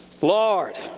Lord